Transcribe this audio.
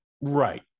Right